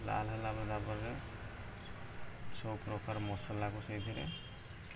ଲାଲ୍ ହେଲା ଭଲ ଭାବରେ ସବୁପ୍ରକାର ମସଲାକୁ ସେଇଥିରେ